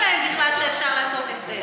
צריך להגיד שלא הודיעו להם בכלל שאפשר לעשות הסדר.